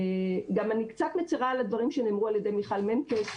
אני קצת מצרה על הדברים שנאמרו על ידי מיכל מנקס.